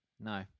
no